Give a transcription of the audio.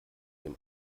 dem